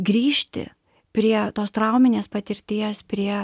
grįžti prie tos trauminės patirties prie